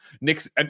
Nick's